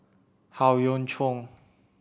Howe Yoon Chong